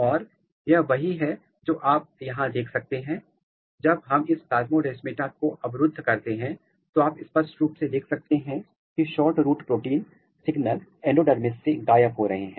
और यह वही है जो आप यहां देख सकते हैं जब हम इस प्लास्मोडेमाटा को अवरुद्ध करते हैं तो आप स्पष्ट रूप से देख सकते हैं कि SHORTROOT प्रोटीन सिग्नल एंडोडर्मिस से गायब हो रहे हैं